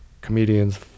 comedians